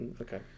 okay